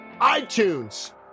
iTunes